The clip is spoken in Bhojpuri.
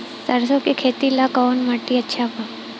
सरसों के खेती ला कवन माटी अच्छा बा?